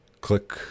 click